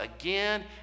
again